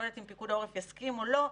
לא יודעת אם פיקוד העורף יסכים או לא,